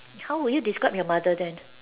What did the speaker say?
how would you describe your mother then